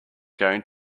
going